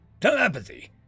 Telepathy